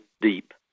deep